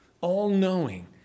all-knowing